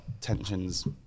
tensions